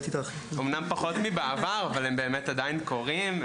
אמנם פחות מבעבר אבל הם באמת עדיין קוראים.